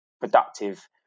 productive